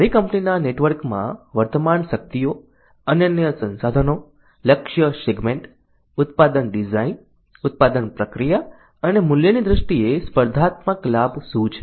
મારી કંપનીના નેટવર્કમાં વર્તમાન શક્તિઓ અનન્ય સંસાધનો લક્ષ્ય સેગમેન્ટ ઉત્પાદન ડિઝાઇન ઉત્પાદન પ્રક્રિયા અને મૂલ્યની દ્રષ્ટિએ સ્પર્ધાત્મક લાભ શું છે